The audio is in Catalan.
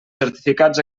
certificats